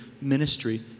ministry